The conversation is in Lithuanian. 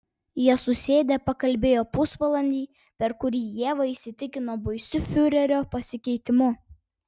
jie susėdę pakalbėjo pusvalandį per kurį ieva įsitikino baisiu fiurerio pasikeitimu